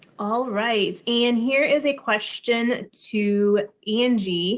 all right. and here is a question to angie